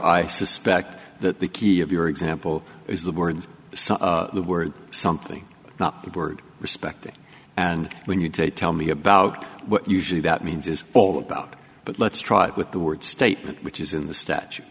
i suspect that the key of your example is the word the word something not the word respect and when you take tell me about what usually that means is all about but let's try it with the word statement which is in the statute